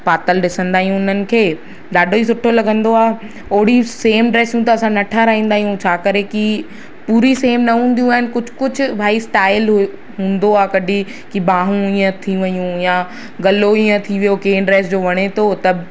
पातल ॾिसंदा आहियूं उन्हनि खे ॾाढो ई सुठो लगंदो आहे ओहिड़ी सेम ड्रेसूं त असां न ठहाराईंदा आहियूं छा करे की पूरी सेम न हूंदियूं आहिनि कुझु कुझु भई स्टाइल ह हूंदो आहे कॾहिं की ॿाहूं ईंअ थी वियूं या गलो ईंअ थी वियो ड्रेस जो वणे थो त